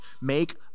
make